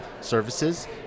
services